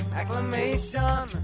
acclamation